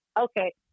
Okay